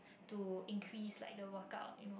to increase like the workup you know